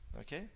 Okay